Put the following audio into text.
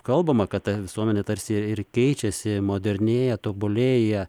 kalbama kad ta visuomenė tarsi ir ir keičiasi modernėja tobulėja